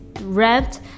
rent